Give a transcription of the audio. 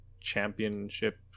championship